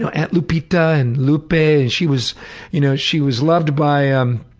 so aunt lupita and lupe, and she was you know she was loved by um